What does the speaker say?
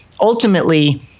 ultimately